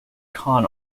con